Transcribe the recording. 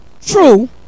true